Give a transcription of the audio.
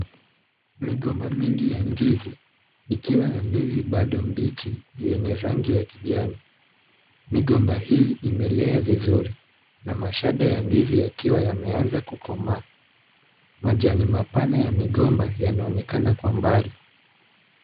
Migomba mingi ya ndizi ikiwa na ndizi bado mbichi zenye rangi ya kijani. Migomba hii imelea vizuri na mashada ya ndizi yakiwa yameanza kukomaa. Majani mapana ya migomba yanaonekana kwa mbali.